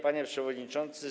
Panie Przewodniczący!